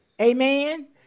amen